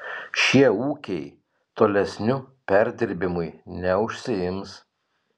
šie ūkiai tolesniu perdirbimui neužsiims